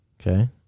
Okay